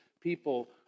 people